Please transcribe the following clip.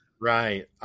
Right